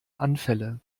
anfälle